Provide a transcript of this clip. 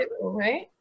right